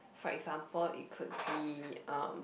for example it could be um